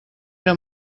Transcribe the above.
era